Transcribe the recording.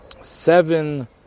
seven